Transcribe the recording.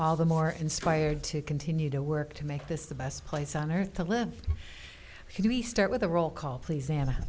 all the more inspired to continue to work to make this the best place on earth to live can we start with a roll call please an